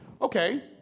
Okay